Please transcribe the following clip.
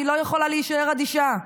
אני לא יכולה להישאר אדישה.